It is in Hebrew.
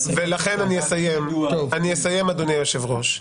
אני אסיים, אדוני יושב הראש.